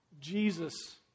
Jesus